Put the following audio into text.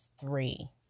three